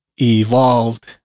evolved